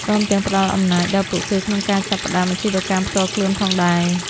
ព្រមទាំងផ្ដល់អំណាចដល់ពួកគេក្នុងការចាប់ផ្ដើមអាជីវកម្មផ្ទាល់ខ្លួនផងដែរ។